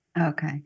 Okay